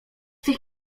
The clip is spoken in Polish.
tych